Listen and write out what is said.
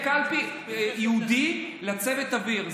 יהיה קלפי ייעוד לצוות האוויר,